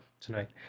tonight